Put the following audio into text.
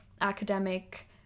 academic